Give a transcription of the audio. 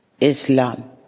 Islam